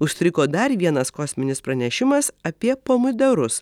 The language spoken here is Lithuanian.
užstrigo dar vienas kosminis pranešimas apie pomidorus